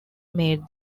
made